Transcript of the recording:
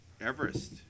Everest